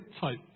type